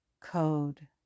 code